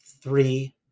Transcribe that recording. three